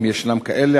אם ישנם כאלה,